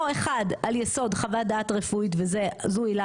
או אחד על יסוד חוות דעת רפואית וזו עילה